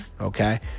okay